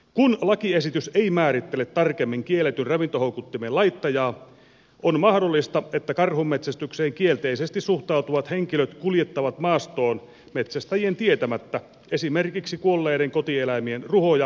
kun lakiesitys ei määrittele tarkemmin kielletyn ravintohoukuttimen laittajaa on mahdollista että karhunmetsästykseen kielteisesti suhtautuvat henkilöt kuljettavat maastoon metsästäjien tietämättä esimerkiksi kuolleiden kotieläimien ruhoja